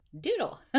Doodle